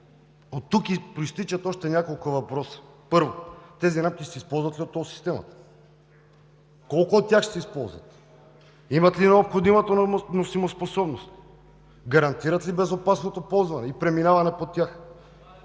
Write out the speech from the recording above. Оттук произтичат още няколко въпроса. Първо, тези рамки ще се използват ли от тол системата? Колко от тях ще се използват. Имат ли необходимата носимоспособност? Гарантират ли безопасното ползване и преминаване по тях?